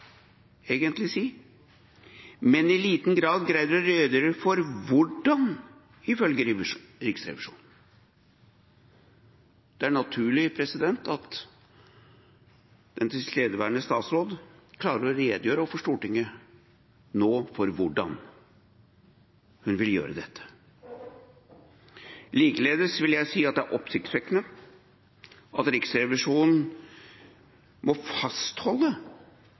egentlig si – men i liten grad greier å redegjøre for hvordan, ifølge Riksrevisjonen. Det er naturlig at den tilstedeværende statsråd nå klarer å redegjøre for Stortinget for hvordan hun vil gjøre dette. Likeledes vil jeg si at det er oppsiktsvekkende at Riksrevisjonen må fastholde